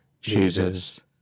Jesus